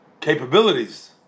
capabilities